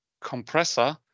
compressor